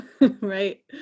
right